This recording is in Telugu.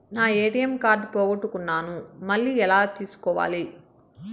నా ఎ.టి.ఎం కార్డు పోగొట్టుకున్నాను, మళ్ళీ ఎలా తీసుకోవాలి?